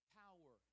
power